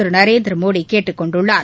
திரு நரேந்திர மோடி கேட்டுக்கொண்டுள்ளார்